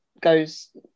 goes